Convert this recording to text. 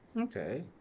Okay